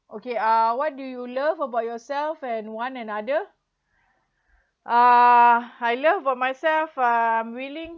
okay uh what do you love about yourself and one another uh I love about myself uh willing